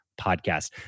podcast